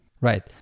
Right